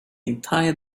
entire